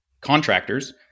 contractors